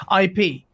IP